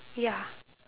ya